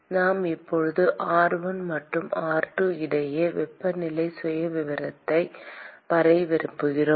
நான் இப்போது r1 மற்றும் r2 இடையே வெப்பநிலை சுயவிவரத்தை வரைய விரும்புகிறேன்